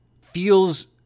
feels